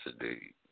indeed